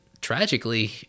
tragically